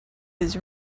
his